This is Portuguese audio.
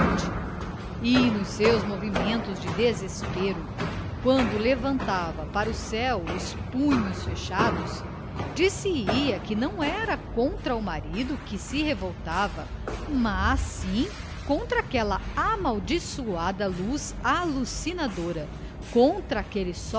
e nos seus movimentos de desespero quando levantava para o céu os punhos fechados dir-se-ia que não era contra o marido que se revoltava mas sim contra aquela amaldiçoada luz alucinadora contra aquele